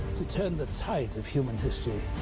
to turn the tide of human history.